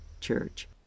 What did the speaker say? church